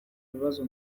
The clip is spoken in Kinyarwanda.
bibazo